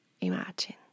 Imagine